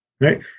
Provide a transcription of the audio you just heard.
right